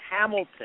Hamilton